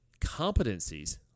Competencies